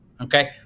okay